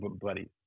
buddies